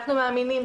אנחנו מאמינים,